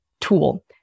tool